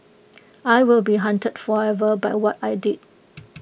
I will be haunted forever by what I did